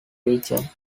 region